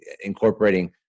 incorporating